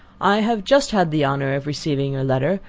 i have just had the honour of receiving your letter,